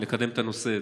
לקדם את הנושא,